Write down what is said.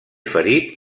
ferit